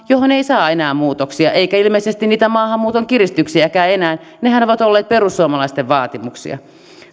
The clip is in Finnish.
johon ei saa enää muutoksia eikä ilmeisesti niitä maahanmuuton kiristyksiäkään enää nehän ovat olleet perussuomalaisten vaatimuksia